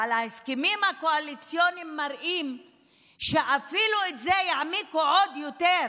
אבל ההסכמים הקואליציוניים מראים שאפילו את זה יעמיקו עוד יותר,